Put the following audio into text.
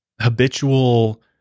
habitual